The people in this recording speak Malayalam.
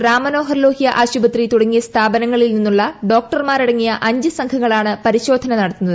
റാം മനോഹർ ലോഹൃ ആശുപത്രി തുടങ്ങിയ സ്ഥാപനങ്ങളിൽ നിന്നുള്ള ഡോക്ടർമാരടങ്ങിയ അഞ്ച് സംഘങ്ങളാണ് പരിശോധന നടത്തുന്നത്